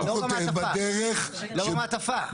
אבל לא במעטפה, לא במעטפה.